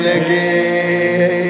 again